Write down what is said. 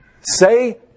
say